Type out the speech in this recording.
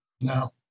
No